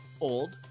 Old